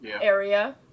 area